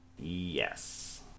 Yes